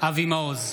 אבי מעוז,